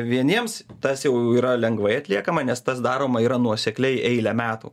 vieniems tas jau yra lengvai atliekama nes tas daroma yra nuosekliai eilę metų